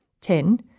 Ten